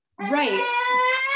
right